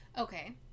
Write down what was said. Okay